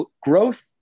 growth